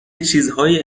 چیزهایی